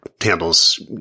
handles